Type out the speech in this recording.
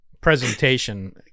presentation